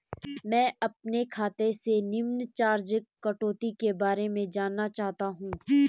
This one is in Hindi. मैं अपने खाते से निम्न चार्जिज़ कटौती के बारे में जानना चाहता हूँ?